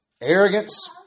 Arrogance